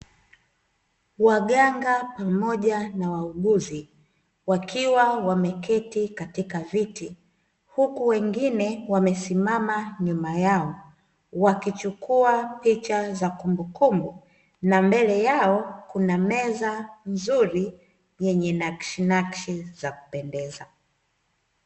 Waganga pamoja na wauguzi wakiwa wamekaa katika viti, huku wengine wamesimama nyuma yao, wakichukua picha za kumbukumbu. Na mbele yao kuna meza nzuri yenye nakshi nakshi za kupendeza.